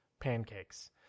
pancakes